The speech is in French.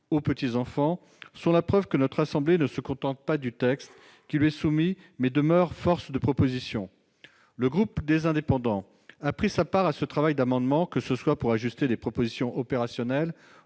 aux petits-enfants, sont la preuve que notre assemblée ne se contente pas du texte qui lui est soumis, mais demeure au contraire force de proposition. Le groupe Les Indépendants a pris sa part à ce travail d'amendement, que ce soit pour ajuster des propositions opérationnelles